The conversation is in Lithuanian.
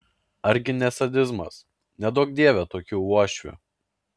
ar gi ne sadizmas neduok dieve tokių uošvių